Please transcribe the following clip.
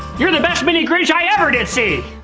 you're the best mini grinch i ever did see!